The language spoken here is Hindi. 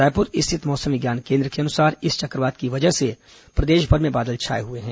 रायपुर स्थित मौसम विज्ञान केन्द्र के अनुसार इस चक्रवात की वजह से प्रदेशभर में बादल छाए हुए हैं